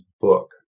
book